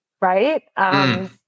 Right